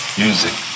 music